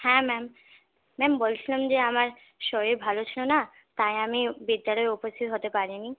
হ্যাঁ ma'am ma'am বলছিলাম যে আমার শরীর ভালো ছিল না তাই আমি বিদ্যালয়ে উপস্থিত হতে পারিনি